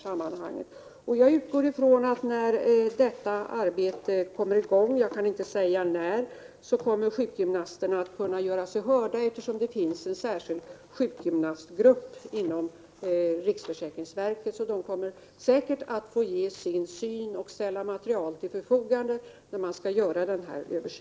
Jag utgår från att sjukgymnasterna, när detta arbete kommer i gång — jag kan inte säga när — kommer att kunna göra sig hörda, eftersom det finns en särskild sjukgymnastgrupp inom riksförsäkringsverket. Sjukgymnasterna kommer därför med all säkerhet att få anföra sina synpunkter och ställa material till förfogande när denna översyn skall göras.